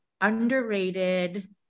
underrated